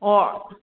ꯍꯣꯏ